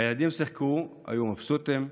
הילדים שיחקו, היו מבסוטים,